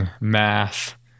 math